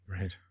Right